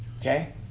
Okay